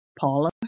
paula